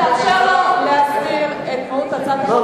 תאפשר לו להסביר את מהות הצעת החוק.